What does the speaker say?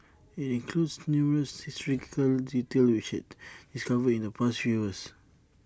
IT includes numerous historical details which we had discovered in the past few years